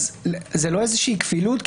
אז זו לא איזושהי כפילות?